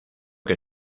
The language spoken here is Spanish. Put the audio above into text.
que